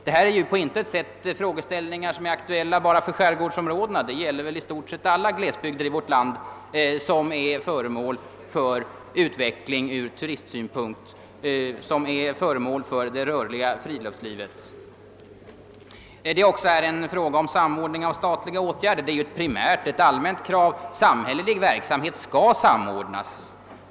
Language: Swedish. Detta är på intet sätt frågeställningar som är aktuella bara för skärgårdsområdena. De gäller väl i stort sett alla glesbygder i vårt land som är föremål för utveckling ur turistsynpunkt, som är föremål för det rörliga friluftslivet. Det är här också en fråga om samordning av statliga åtgärder. Det är ju ett primärt och allmänt krav att sam hälleliga verksamheter skall samordnas.